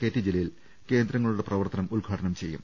K T Jaleel കേന്ദ്രങ്ങളുടെ പ്രവർത്തനം ഉദ്ഘാടനം ചെയ്യും